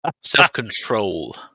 Self-control